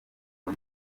uwo